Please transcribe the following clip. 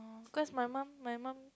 cause my mum my mum